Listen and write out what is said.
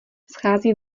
schází